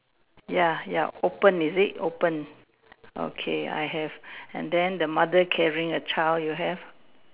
ya ya open is it open okay I have and then the mother carrying a child you have